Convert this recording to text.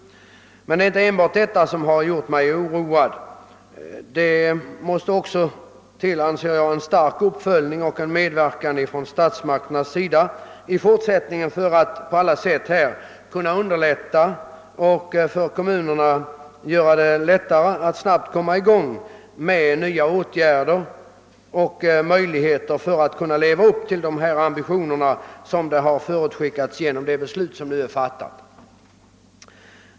Men det är inte enbart detta dröjsmål som har gjort mig oroad. Statsmakterna måste också genom uppföljning och medverkan på alla sätt underlätta för kommunerna att snabbt vidta åtgärder, om dessa skall kunna leva upp till de ambitioner som ligger i de beslut som har fattats.